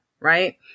right